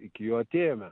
iki jo atėjome